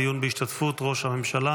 דיון בהשתתפות ראש הממשלה